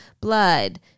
blood